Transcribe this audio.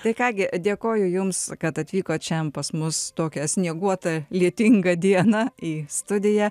tai ką gi dėkoju jums kad atvykot šian pas mus tokią snieguotą lietingą dieną į studiją